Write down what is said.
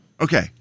okay